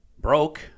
Broke